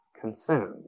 consumed